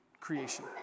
creation